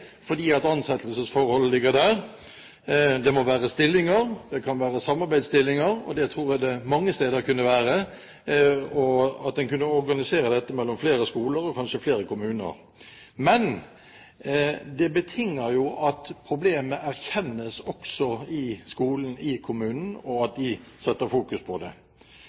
fordi ansettelsesforholdet ligger der. Det må være stillinger – det kan være samarbeidsstillinger, og det tror jeg det kunne være mange steder, slik at man kunne organisere dette mellom flere skoler og kanskje mellom flere kommuner. Men det betinger jo at problemet erkjennes både i skolen og i kommunene, og at de fokuserer på det.